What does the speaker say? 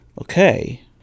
Okay